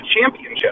championship